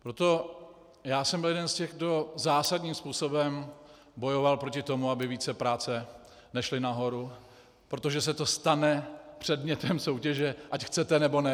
Proto jsem byl jedním z těch, kdo zásadním způsobem bojoval proti tomu, aby vícepráce nešly nahoru, protože se to stane předmětem soutěže, ať chcete, nebo ne.